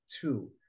two